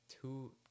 two